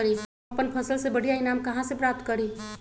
हम अपन फसल से बढ़िया ईनाम कहाँ से प्राप्त करी?